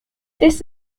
this